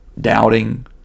doubting